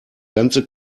ganze